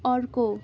अर्को